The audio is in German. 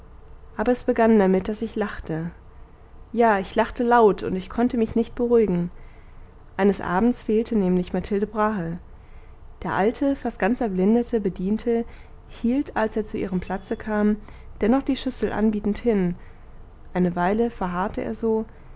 aber es begann damit daß ich lachte ja ich lachte laut und ich konnte mich nicht beruhigen eines abends fehlte nämlich mathilde brahe der alte fast ganz erblindete bediente hielt als er zu ihrem platze kam dennoch die schüssel anbietend hin eine weile verharrte er so